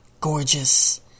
gorgeous